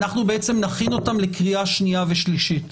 אנחנו בעצם נכין אותם לקריאה שניה ושלישית,